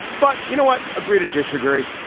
but you know what? agree to disagree.